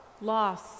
loss